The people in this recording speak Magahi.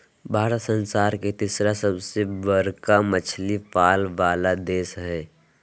भारत संसार के तिसरा सबसे बडका मछली पाले वाला देश हइ